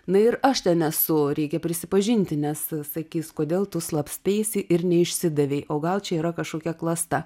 na ir aš ten esu reikia prisipažinti nes sakys kodėl tu slapstaisi ir neišsidavei o gal čia yra kašokia klasta